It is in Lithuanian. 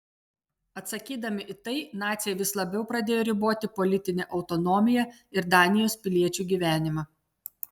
atsakydami į tai naciai vis labiau pradėjo riboti politinę autonomiją ir danijos piliečių gyvenimą